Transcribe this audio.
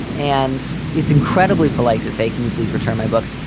and it's incredibly polite to say, can you please return my books?